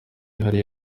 hariya